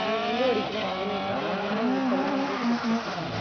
நாங்கள் வந்து ஒரு கிலோ பதினஞ்சு ருபாலேருந்து முப்பது ருபாய் வரைக்கும் கொடுத்துட்டுருக்கோம்